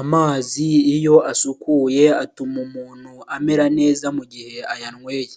Amazi iyo asukuye atuma umuntu amera neza mu gihe ayanyweye,